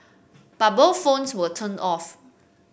but both phones were turned off